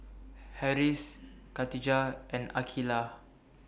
Harris Khadija and Aqeelah